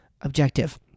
objective